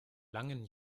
langen